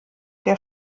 der